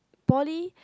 poly